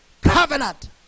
covenant